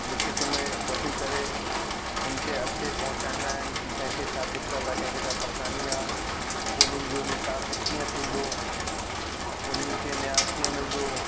लिखित में वठी करे हुनखे अॻिते पहुचाईंदा आहिनि कि कंहिंखे छा दिक़त आहे कंहिं खे छा परेशानी आहे उन्हनि जो निस्तारण कीअं थींदो उन्हनि खे न्याय कीअं मिलंदो